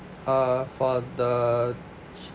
uh for the